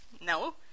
No